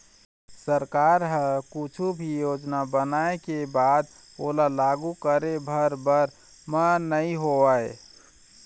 सरकार ह कुछु भी योजना बनाय के बाद ओला लागू करे भर बर म नइ होवय